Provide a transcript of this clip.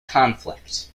conflict